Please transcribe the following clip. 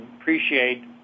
appreciate